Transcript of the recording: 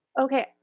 Okay